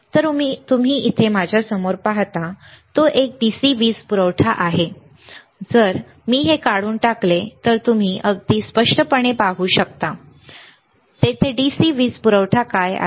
तर तुम्ही इथे माझ्या समोर पाहता तो एक DC वीज पुरवठा आहे जर मी हे काढून टाकले तर तुम्ही अगदी स्पष्टपणे पाहू शकता तेथे DC वीज पुरवठा काय आहे